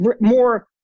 more